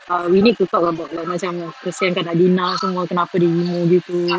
err we need to talk about like macam kesiankan adina semua kenapa dia emo gitu